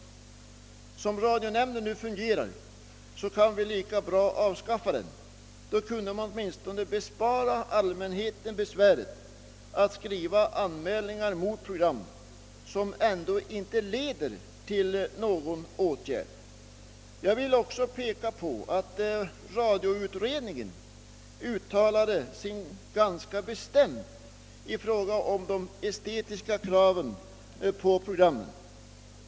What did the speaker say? Så som radionämnden nu fungerar kan vi lika gärna avskaffa den och på så sätt åtminstone bespara allmänheten besväret att skriva anmälningar mot program som ändå inte leder till någon åtgärd. Jag vill också påpeka att radioutredningen uttalade sig ganska bestämt i fråga om de estetiska kraven på programmen.